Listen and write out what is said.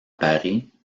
paris